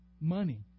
money